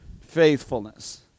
faithfulness